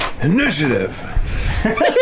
Initiative